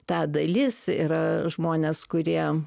ta dalis yra žmonės kurie